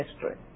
history